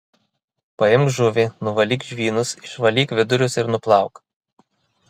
paimk žuvį nuvalyk žvynus išvalyk vidurius ir nuplauk